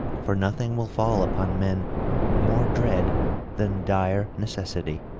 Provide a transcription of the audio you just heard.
for nothing will fall upon men more dread than dire necessity,